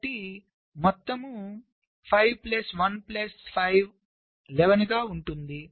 కాబట్టి మొత్తం 5 plus 1 plus 5 గా ఉంటుంది